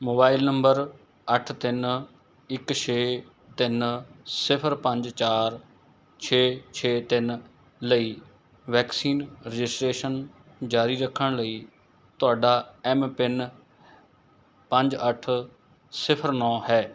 mobile number ਅੱਠ ਤਿੰਨ ਇੱਕ ਛੇ ਤਿੰਨ ਸਿਫਰ ਪੰਜ ਚਾਰ ਛੇ ਛੇ ਤਿੰਨ ਲਈ ਵੈਕਸੀਨ ਰਜਿਸਟ੍ਰੇਸ਼ਨ ਜਾਰੀ ਰੱਖਣ ਲਈ ਤੁਹਾਡਾ ਐੱਮ ਪਿੰਨ ਪੰਜ ਅੱਠ ਸਿਫਰ ਨੌ ਹੈ